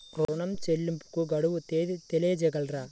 ఋణ చెల్లింపుకు గడువు తేదీ తెలియచేయగలరా?